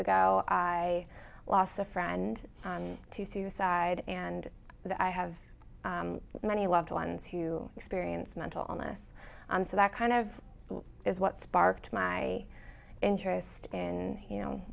ago i lost a friend to suicide and i have many loved ones who experience mental illness and so that kind of is what sparked my interest in you know